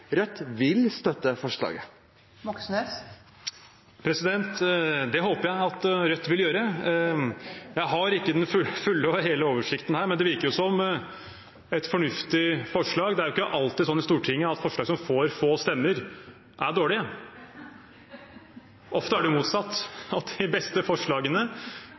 Rødt vil støtte det forslaget. Det håper jeg at Rødt vil gjøre. Jeg har ikke den hele og fulle oversikten her, men det virker som et fornuftig forslag. Det er ikke alltid slik i Stortinget at forslag som får få stemmer, er dårlige. Ofte er det motsatt, at de beste forslagene